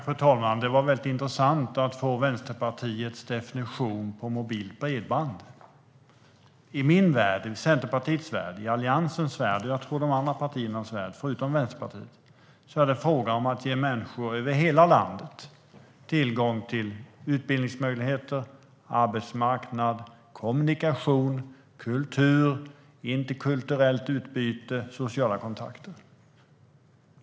Fru talman! Det var väldigt intressant att få Vänsterpartiets definition av mobilt bredband. I min, Centerpartiets och Alliansens värld - och jag tror att det även gäller alla andra partier förutom Vänsterpartiet - är det fråga om att ge människor i hela landet tillgång till utbildning, arbetsmarknad, kommunikation, kultur, interkulturellt utbyte och sociala kontakter.